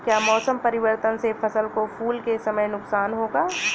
क्या मौसम परिवर्तन से फसल को फूल के समय नुकसान होगा?